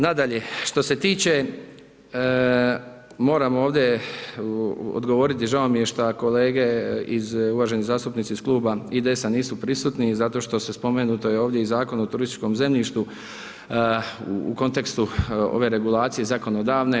Nadalje, što se tiče moram ovdje odgovoriti i žao mi je šta kolege i uvaženi zastupnici iz kluba IDS-a nisu prisutni, zato što je spomenuto je ovdje i Zakon o turističkom zemljištu u kontekstu ove regulacije zakonodavne.